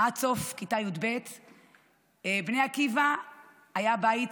עד סוף כיתה י"ב בני עקיבא היה הבית,